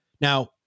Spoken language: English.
Now